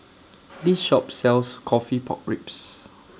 This Shop sells Coffee Pork Ribs